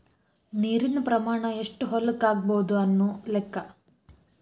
ನೇರಿನ ಪ್ರಮಾಣಾ ಎಷ್ಟ ಹೊಲಕ್ಕ ಆಗಬಹುದು ಅನ್ನು ಲೆಕ್ಕಾ